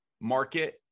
market